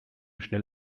schnell